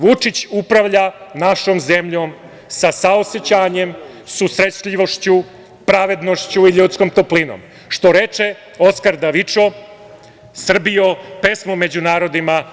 Vučić upravlja našom zemljom sa saosećanjem, susretljivošću, pravednošću i ljudskom toplinom, što reče Oskar Davičo – Srbijo, pesmo među narodima.